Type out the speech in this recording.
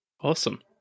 Awesome